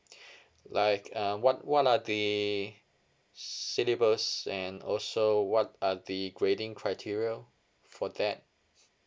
like uh what what are the syllabus and also what are the grading criteria for that